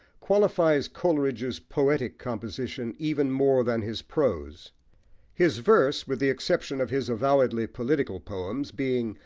qualifies coleridge's poetic composition even more than his prose his verse, with the exception of his avowedly political poems, being,